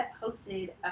posted